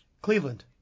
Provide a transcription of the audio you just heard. Cleveland